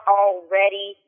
already